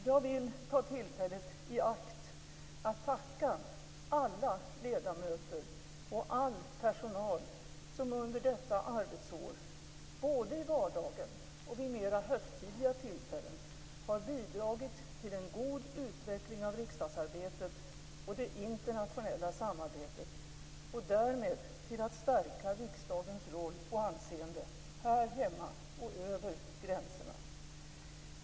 Jag vill ta tillfället i akt att tacka alla ledamöter och all personal som under detta arbetsår, både i vardagen och vid mer högtidliga tillfällen, har bidragit till en god utveckling av riksdagsarbetet och det internationella samarbetet och därmed till att stärka riksdagens roll och anseende, här hemma och över gränserna.